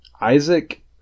Isaac